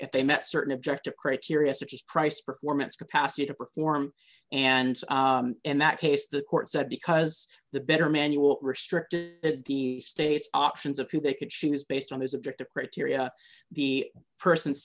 if they met certain objective criteria such as price performance capacity to perform and in that case the court said because the better manual restricted the state's options of who they could she was based on his objective criteria the person